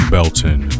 Belton